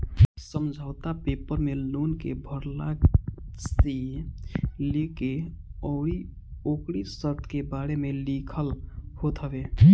समझौता पेपर में लोन के भरला से लेके अउरी ओकरी शर्त के बारे में लिखल होत हवे